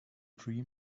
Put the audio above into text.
dream